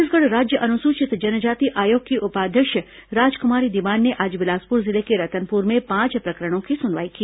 छत्तीसगढ़ राज्य अनुसूचित जनजाति आयोग की उपाध्यक्ष राजकुमारी दीवान ने आज बिलासपुर जिले के रतनपुर में पांच प्रकरणों की सुनवाई की